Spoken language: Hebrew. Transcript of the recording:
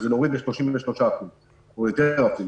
שזה להוריד ב-33% או יותר אפילו.